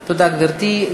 תודה, גברתי.